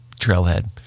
trailhead